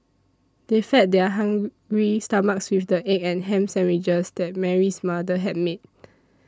they fed their hungry stomachs with the egg and ham sandwiches that Mary's mother had made